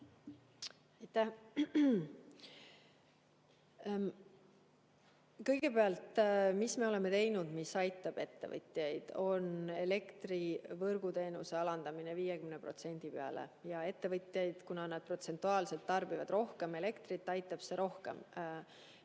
Kõigepealt, üks asi, mis me oleme teinud, mis aitab ettevõtjaid, on elektrivõrguteenuse alandamine 50% peale. Ja ettevõtjaid, kuna nad protsentuaalselt tarbivad rohkem elektrit, aitab see rohkem.